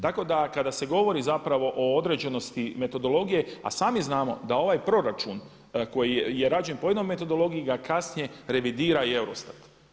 Tako da kada se govori zapravo o određenosti metodologije a sami znamo da ovaj proračun koji je rađen po jednoj metodologiji da kasnije revidira i EUROSTAT.